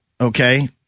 okay